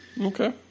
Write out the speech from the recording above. Okay